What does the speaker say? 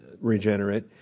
regenerate